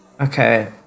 Okay